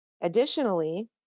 Additionally